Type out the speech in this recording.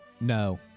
No